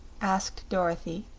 asked dorothy,